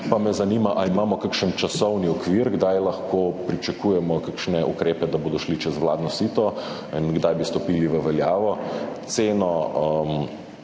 pa me zanima: Ali imamo kakšen časovni okvir, kdaj lahko pričakujemo kakšne ukrepe, ki bodo šli čez vladno sito in kdaj bi stopili v veljavo? Ceno